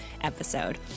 episode